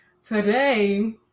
today